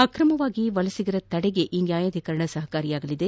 ಅಕ್ರಮವಾಗಿ ವಲಸಿಗರ ತಡೆಗೆ ಈ ನ್ಯಾಯಾಧೀಕರಣ ಸಹಕಾರಿಯಾಗಲಿದೆ